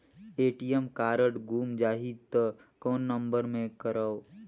ATM card गुम जाही त कौन नम्बर मे करव?